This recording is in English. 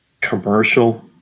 commercial